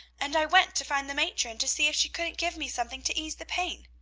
and i went to find the matron, to see if she couldn't give me something to ease the pain